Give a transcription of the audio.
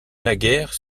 naguère